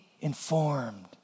informed